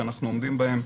שאנחנו עומדים בהם,